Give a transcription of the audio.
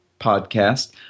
podcast